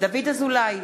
דוד אזולאי,